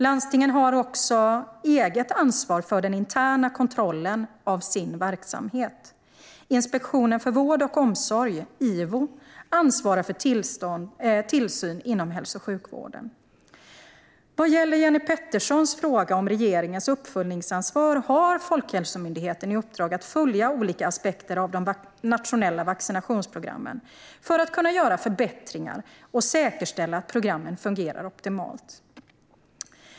Landstingen har också eget ansvar för den interna kontrollen av verksamheten. Inspektionen för vård och omsorg, IVO, ansvarar för tillsyn inom hälso och sjukvården. Vad gäller Jenny Peterssons fråga om regeringens uppföljningsansvar har Folkhälsomyndigheten i uppdrag att följa olika aspekter av de nationella vaccinationsprogrammen för att kunna göra förbättringar och säkerställa att programmen fungerar optimalt.